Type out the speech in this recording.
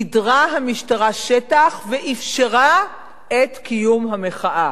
גידרה המשטרה שטח ואפשרה את קיום המחאה.